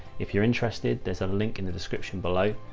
if you're interested, there's a link in the description below.